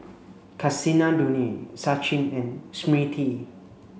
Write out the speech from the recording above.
Kasinadhuni Sachin and Smriti